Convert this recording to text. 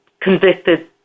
convicted